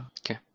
Okay